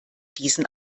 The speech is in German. diesen